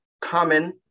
common